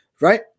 right